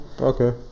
Okay